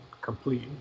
complete